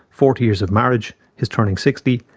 forty years of marriage, his turning sixty,